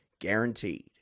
guaranteed